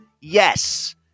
yes